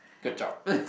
good job